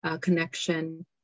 connection